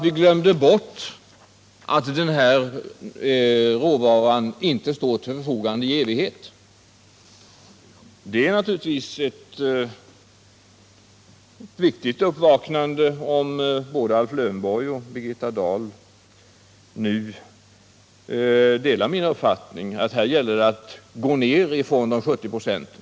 Vi glömde bort att denna råvara inte står till förfogande i evighet. Det är naturligtvis ett viktigt uppvaknande om både Alf Lövenborg och Birgitta Dahl nu delar min uppfattning att det här gäller att gå ned från de 70 procenten.